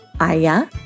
Aya